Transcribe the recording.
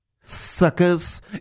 Suckers